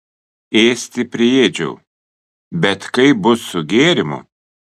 ėsti priėdžiau bet kaip bus su gėrimu